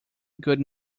good